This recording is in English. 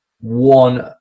one